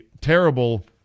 Terrible